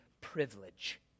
privilege